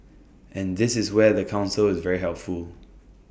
and this is where the Council is very helpful